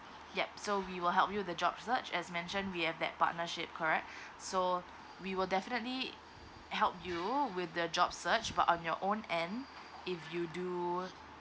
yup so we will help you the job search as mentioned we have that partnership correct so we will definitely help you with the job search but on your own end if you do